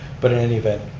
but in any event,